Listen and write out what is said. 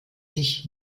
sich